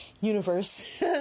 universe